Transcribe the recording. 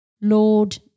Lord